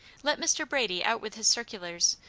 let mr. brady out with his circulars,